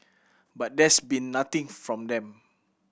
but there's been nothing from them